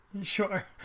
Sure